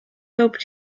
hoped